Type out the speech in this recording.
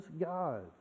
God